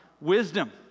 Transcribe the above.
wisdom